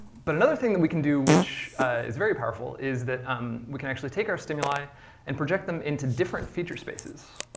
but another thing and we can do which is very powerful, is that um we can actually take our stimuli stimuli and project them into different feature spaces.